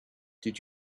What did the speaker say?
did